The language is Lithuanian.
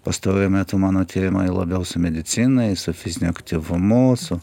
pastaruoju metu mano tyrimai labiau su medicinai su fiziniu aktyvumu su